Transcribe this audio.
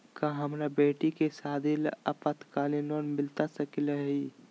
का हमरा बेटी के सादी ला अल्पकालिक लोन मिलता सकली हई?